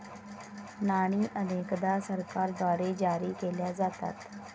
नाणी अनेकदा सरकारद्वारे जारी केल्या जातात